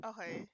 Okay